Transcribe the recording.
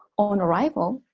on arrival,